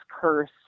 curse